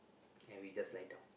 and we just lie down